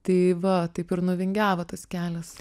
tai va taip ir nuvingiavo tas kelias